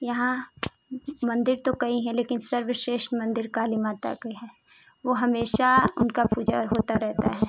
यहाँ मंदिर तो कई हैं लेकिन सर्वश्रेष्ठ मंदिर काली माता के है वो हमेशा उनका पूजा होता रहता है